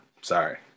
Sorry